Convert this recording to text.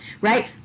right